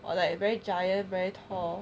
or like very giant very tall